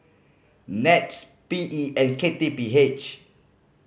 NETS P E and K T P H